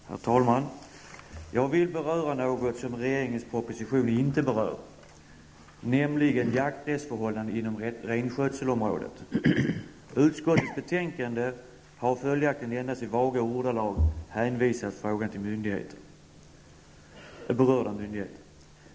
Herr talman! Jag vill beröra något som regeringens proposition inte berör, nämligen jakträttsförhållandet inom renskötselområden. Utskottet har följaktligen endast i vaga ordalag hänvisat frågan till berörda myndigheter.